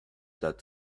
that